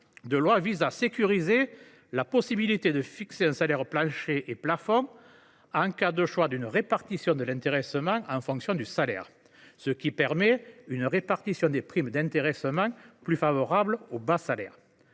de loi vise à sécuriser la possibilité de fixer un salaire plancher et un salaire plafond, en cas de choix d’une répartition de l’intéressement en fonction du salaire, ce qui permet une répartition des primes d’intéressement plus favorable aux bas salaires.